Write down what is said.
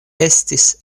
estis